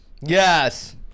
Yes